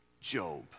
Job